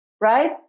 right